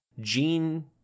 gene